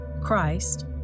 Christ